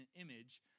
image